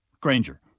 Granger